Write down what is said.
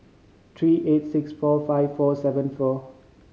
three eight six four five four seven four